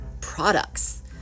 products